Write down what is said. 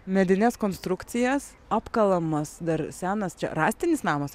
medines konstrukcijas apkalamas dar senas čia rąstinis namas